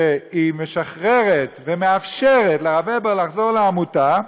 שהיא משחררת ומאפשרת לרב הבר לחזור לעמותה.